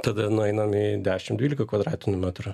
tada nueinam į dešimt dvylika kvadratinių metrų